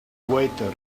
waiter